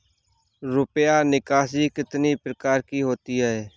रुपया निकासी कितनी प्रकार की होती है?